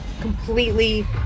Completely